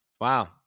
Wow